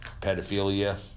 pedophilia